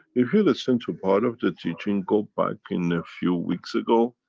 if you listen to part of the teaching. go back in a few weeks ago.